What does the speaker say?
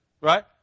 Right